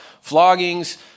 floggings